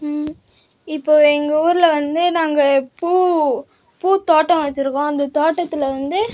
இப்போது எங்கள் ஊரில் வந்து நாங்கள் பூ பூ தோட்டம் வச்சுருக்கோம் அந்த தோட்டத்தில் வந்து